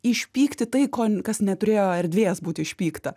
išpykti tai ko kas neturėjo erdvės būti išpykta